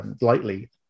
lightly